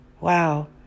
Wow